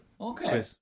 Okay